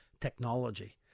technology